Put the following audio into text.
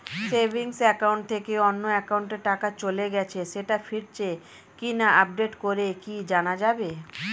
Savings account থেকে অন্য একাউন্টে টাকা চলে গেছে সেটা ফিরেছে কিনা আপডেট করে কি জানা যাবে?